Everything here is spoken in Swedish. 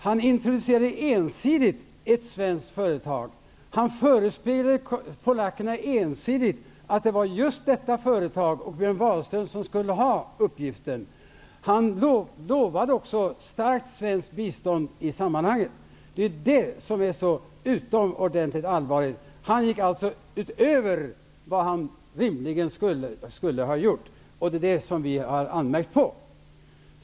Han introducerade ensidigt ett svenskt företag. Han förespeglade polackerna ensidigt att det var just detta företag och Björn Wahlström som skulle ha uppgiften. Han lovade också starkt svenskt bistånd i sammanhanget. Det är det som är så utomordentligt allvarligt. Han gick alltså utöver vad han rimligen skulle ha gjort, och det är detta som vi har anmärkt på.